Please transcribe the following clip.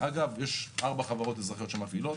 יש 4 חברות אזרחיות מפעילות,